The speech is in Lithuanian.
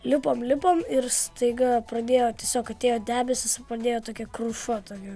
lipome lipome ir staiga pradėjo tiesiog atėjo debesys pradėjo tokia kruša tokia